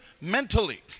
mentally